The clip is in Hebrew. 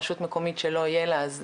רשות מקומית שלא יהיה לה,